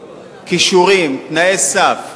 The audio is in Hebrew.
כישורים, תנאי סף,